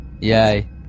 Yay